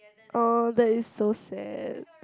oh that is so sad